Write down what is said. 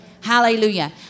Hallelujah